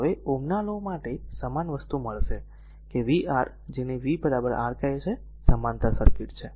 તો હવે ઓહ્મના લો માટે સમાન વસ્તુ મળશે કે v r જેને V r કહે છે આ સમાંતર સર્કિટ છે